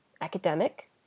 Academic